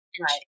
Right